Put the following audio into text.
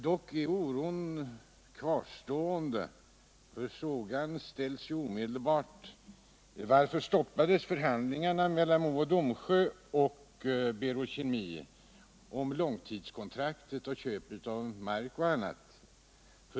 Men då inställer sig omedelbart frågan: Varför stoppades förhandlingarna mellan Mo och Domsjö och Berol Kemi om långtidskontraktet och köp av mark och annat?